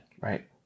right